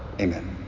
Amen